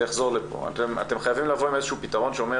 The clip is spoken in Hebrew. זה יחזור לפה ואתם חייבים לבוא עם איזשהו פתרון שאומר